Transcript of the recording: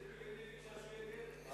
ציפי לבני ביקשה שהוא יהיה גבר.